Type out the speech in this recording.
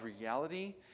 reality